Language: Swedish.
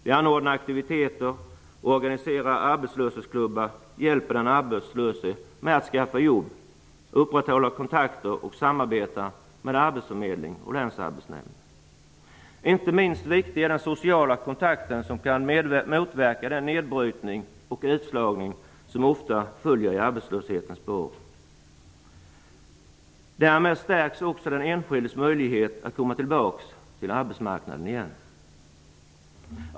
Man ordnar aktiviteter, organiserar arbetslöshetsklubbar, hjälper den arbetslöse med att skaffa jobb, upprätthåller kontakter och samarbetar med arbetsförmedling och länsarbetsnämnd. Inte minst viktig är den sociala kontakten, som kan motverka den nedbrytning och utslagning som ofta följer i arbetslöshetens spår. Därmed stärks också den enskildes möjligheter att komma tillbaka till arbetsmarknaden igen.